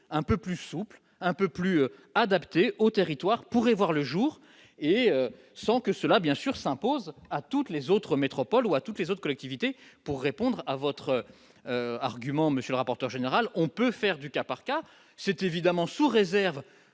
un peu plus souple, un peu plus adapté au territoire pourrait voir le jour, et sans que cela, bien sûr, s'impose à toutes les autres métropoles ou à toutes les autres collectivités pour répondre à votre argument Monsieur rapporteur général, on peut faire du cas par cas, c'était évidemment sous réserve